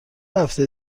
هفته